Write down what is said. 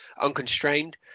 unconstrained